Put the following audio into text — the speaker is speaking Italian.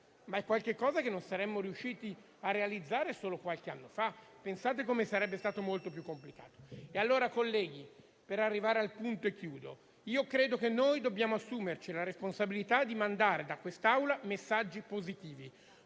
anche qualcosa che non saremmo riusciti a realizzare solo qualche anno fa. Pensate a come sarebbe stato più complicato. In conclusione, credo - per arrivare al punto - che dobbiamo assumerci la responsabilità di mandare da quest'Aula messaggi positivi,